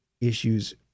issues